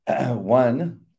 one